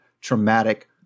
traumatic